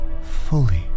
fully